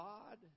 God